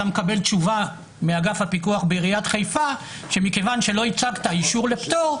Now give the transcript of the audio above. אתה מקבל תשובה מאגף הפיקוח בעיריית חיפה שמכיוון שלא הצגת אישור לפטור,